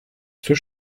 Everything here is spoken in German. zur